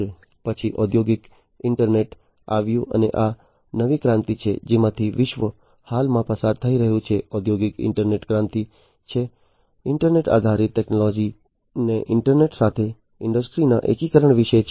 પછી ઔદ્યોગિક ઈન્ટરનેટ આવ્યું અને આ આ નવી ક્રાંતિ છે જેમાંથી વિશ્વ હાલમાં પસાર થઈ રહ્યું છે ઔદ્યોગિક ઈન્ટરનેટ ક્રાંતિ જે ઈન્ટરનેટ આધારિત ટેક્નોલોજીને ઈન્ટરનેટ સાથે ઈન્ડસ્ટ્રીઝના એકીકરણ વિશે છે